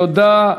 תודה.